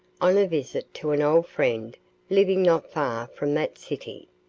on a visit to an old friend living not far from that city.